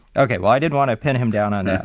ok, well i didn't want to pin him down on that.